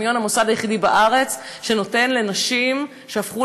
הטכניון הוא המוסד היחיד בארץ שנותן לנשים שהפכו